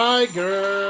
Tiger